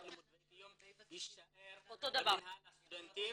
הלימוד ודמי קיום שיישאר במינהל הסטודנטים,